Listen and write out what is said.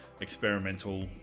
experimental